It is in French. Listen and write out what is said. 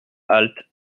halte